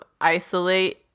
isolate